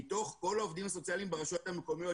מתוך כול העובדים הסוציאליים ברשויות המקומיות,